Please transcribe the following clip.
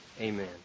Amen